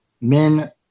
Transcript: men